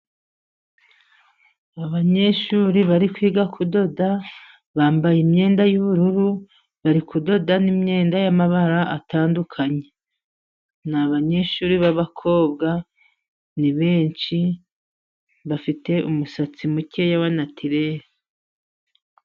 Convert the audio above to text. Abanyeshuri bari kwiga kudoda bambaye imyenda y'ubururu bari kudoda n'imyenda y'amabara atandukanye. N'abanyeshuri b'abakobwa ni benshi bafite umusatsi mukeya wa natirere.